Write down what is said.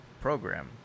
program